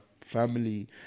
family